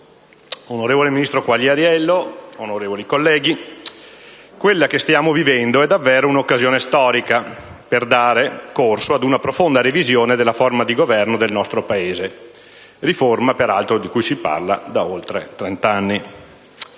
onorevole ministro Quagliariello, onorevoli colleghi, quella che stiamo vivendo è davvero un'occasione storica per dare corso a una profonda revisione della forma di Governo del nostro Paese. È una riforma, peraltro, di cui si parla da oltre trent'anni.